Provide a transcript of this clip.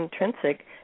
intrinsic